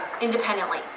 independently